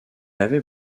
avait